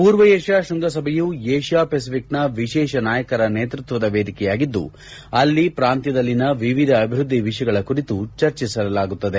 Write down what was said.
ಪೂರ್ವ ಏಷ್ಯಾ ಶ್ವಂಗಸಭೆಯು ಏಷ್ಯಾ ಪೆಸಿಫಿಕ್ನ ವಿಶಿಷ್ಷ ನಾಯಕರ ನೇತೃತ್ವದ ವೇದಿಕೆಯಾಗಿದ್ದು ಅಲ್ಲಿ ಪ್ರಾಂತ್ಯದಲ್ಲಿನ ವಿವಿಧ ಅಭಿವ್ವದ್ಲಿ ವಿಷಯಗಳ ಕುರಿತು ಚರ್ಚೆ ನಡೆಸಲಾಗುತ್ತದೆ